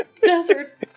desert